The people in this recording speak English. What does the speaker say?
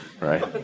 Right